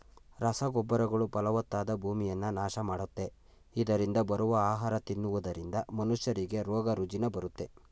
ರಸಗೊಬ್ಬರಗಳು ಫಲವತ್ತಾದ ಭೂಮಿಯನ್ನ ನಾಶ ಮಾಡುತ್ತೆ, ಇದರರಿಂದ ಬರುವ ಆಹಾರ ತಿನ್ನುವುದರಿಂದ ಮನುಷ್ಯರಿಗೆ ರೋಗ ರುಜಿನ ಬರುತ್ತೆ